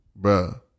Bruh